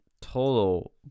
total